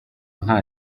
nta